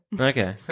Okay